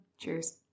Cheers